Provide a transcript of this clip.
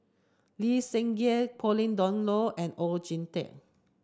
Lee Seng Gee Pauline Dawn Loh and Oon Jin Teik